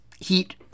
Heat